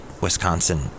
Wisconsin